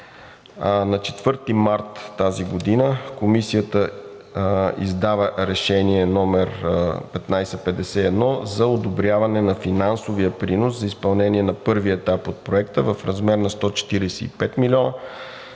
На 4 март тази година Комисията издава Решение № 1551 за одобряване на финансовия принос за изпълнение на първия етап от Проекта и е в размер на 145 млн.